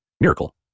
Miracle